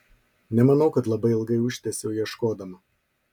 nemanau kad labai ilgai užtęsiau ieškodama